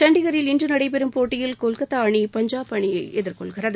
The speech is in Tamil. சண்டிகரில் இன்று நடைபெறும் போட்டியில் கொல்கத்தா அணி பஞ்சாப் அணியை எதிர்கொள்கிறது